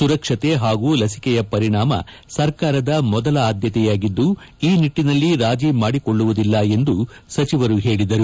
ಸುರಕ್ಷತೆ ಹಾಗೂ ಲಸಿಕೆಯ ಪರಿಣಾಮ ಸರ್ಕಾರದ ಮೊದಲ ಆದ್ಯತೆಯಾಗಿದ್ಲು ಈ ನಿಟ್ಟಿನಲ್ಲಿ ರಾಜಿ ಮಾಡಿಕೊಳ್ಳುವುದಿಲ್ಲ ಎಂದು ಸಚಿವರು ಹೇಳಿದರು